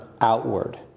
outward